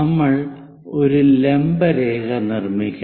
നമ്മൾ ഒരു ലംബ രേഖ നിർമ്മിക്കണം